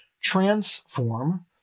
transform